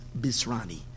bisrani